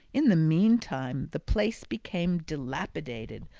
in the meantime, the place became dilapidated,